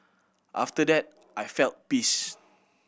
after that I felt peace